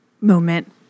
moment